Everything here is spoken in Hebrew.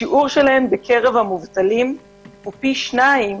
השיעור שלהן בקרב המובטלים הוא פי שניים